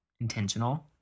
Intentional